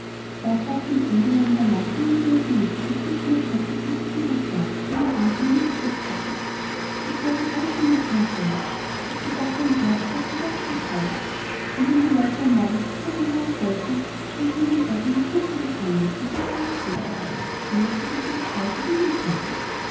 da brachten die engelein in der nacht lange besen mit und fegten den schmutz aus den ecken hervor wo man ihn hineingesteckt hatte sie kehrten alles an die türschwelle das gab oft einen berg fast so hoch wie das haus und wenn die leute am morgen zur türe hinauswollten waren sie in ihrem eigenen schmutz gefangen und mußten ihn erst hinwegschaffen ehe sie wieder frei sich bewegen konnten